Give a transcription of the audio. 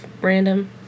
random